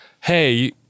hey